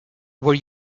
were